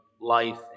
life